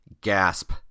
Gasp